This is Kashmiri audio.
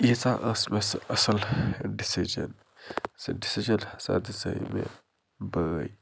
ییٖژاہ ٲس مےٚ سُہ اَصٕل ڈِسیٖجَن سُہ ڈِسیٖجَن ہسا دِژاے مےٚ بٲے